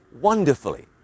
wonderfully